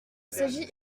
s’agit